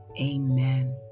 amen